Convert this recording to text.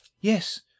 Yes